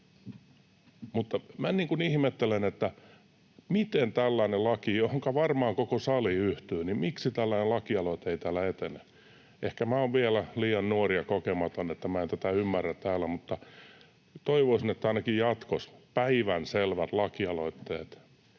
ihmettelen, että kun tällaiseen lakiin varmaan koko sali yhtyy, niin miksi tällainen lakialoite ei täällä etene. Ehkä minä olen vielä liian nuori ja kokematon, niin että en tätä ymmärrä täällä, mutta toivoisin, että ainakin jatkossa päivänselvät lakialoitteet